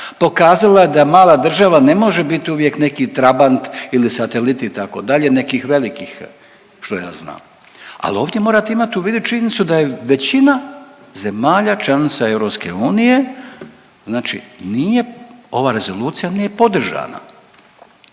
pokazala je da mala država ne može biti uvijek neki trabant ili satelit itd. nekih velikih što ja znam. Ali ovdje morate imati u vidu činjenicu da je većina zemalja članica EU znači nije ova rezolucija nije podržana.